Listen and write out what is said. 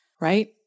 right